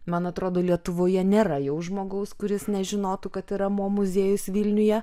man atrodo lietuvoje nėra jau žmogaus kuris nežinotų kad yra mo muziejus vilniuje